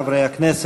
חברי הכנסת,